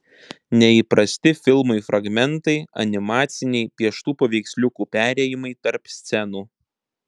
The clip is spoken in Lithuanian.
neįprasti filmui fragmentai animaciniai pieštų paveiksliukų perėjimai tarp scenų